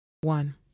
one